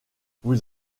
vous